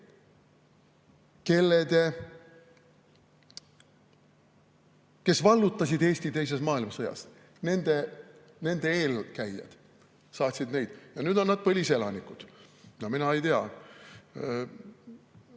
eelkäijad], kes vallutasid Eesti teises maailmasõjas, nende eelkäijad saatsid neid [korda]. Ja nüüd on nad põliselanikud. Mina ei tea,